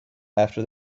after